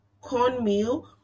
cornmeal